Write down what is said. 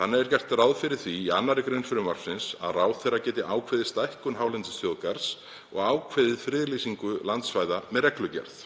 Þannig er gert ráð fyrir því í 2. gr. frumvarpsins að ráðherra geti ákveðið stækkun hálendisþjóðgarðs og ákveðið friðlýsingu landsvæða með reglugerð.